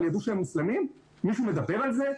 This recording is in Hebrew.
ידעו שהם מוסלמים מישהו מדבר על זה?